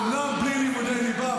אומנם בלי לימודי ליבה,